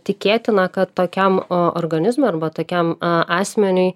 tikėtina kad tokiam o organizmui arba tokiam a asmeniui